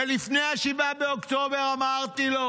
ולפני 7 באוקטובר אמרתי לו: